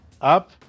up